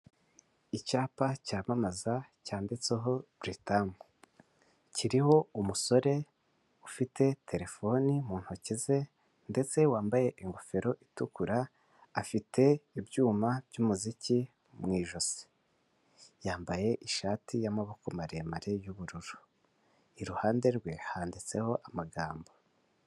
Icyapa cyamamaza cyanditseho Buritamu, kiriho umusore ufite telefone mu ntoki ze ndetse wambaye ingofero itukura, afite ibyuma by'umuziki mu ijosi, yambaye ishati y'amaboko maremare y'uburu, iruhande rwe handitseho amagambo.